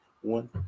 one